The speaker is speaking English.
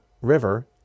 River